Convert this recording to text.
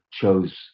chose